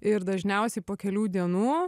ir dažniausiai po kelių dienų